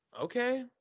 Okay